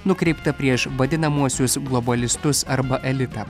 nukreipta prieš vadinamuosius globalistus arba elitą